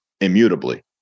immutably